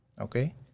Okay